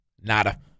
Nada